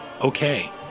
Okay